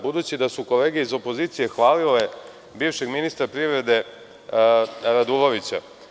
Budući da su kolege iz opozicije hvalile bivšeg ministra privrede Radulovića.